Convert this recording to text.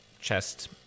chest